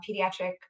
pediatric